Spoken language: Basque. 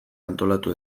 antolatu